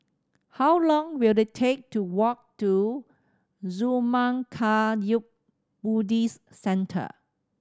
how long will it take to walk to Zurmang Kagyud Buddhist Centre